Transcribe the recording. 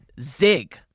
zig